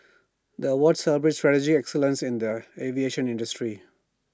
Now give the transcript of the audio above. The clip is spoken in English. the awards celebrate strategic excellence in the aviation industry